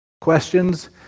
questions